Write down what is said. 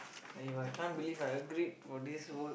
!aiyo! I can't believe I agreed for this work